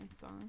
song